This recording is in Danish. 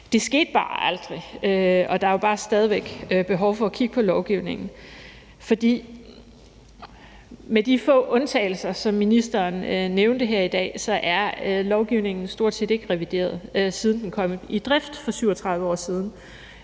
Det skete bare aldrig, og der er stadig væk behov for at kigge på lovgivningen, for med de få undtagelser, som ministeren nævnte her i dag, er lovgivning stort set ikke revideret, siden den kom i drift for 37 år siden.